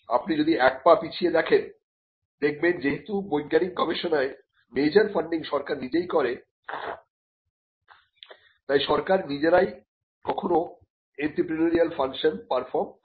আপনি যদি এক পা পিছিয়ে দেখেন দেখবেন যেহেতু বৈজ্ঞানিক গবেষণায় মেজর ফান্ডিং সরকার নিজেই করে তাই সরকার নিজেরাই কখনো এন্ত্রেপ্রেনিউরিয়াল ফাংশন পারফর্ম করে